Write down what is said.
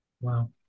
Wow